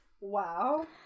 Wow